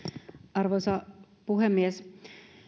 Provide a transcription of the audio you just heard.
arvoisa puhemies